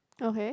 okay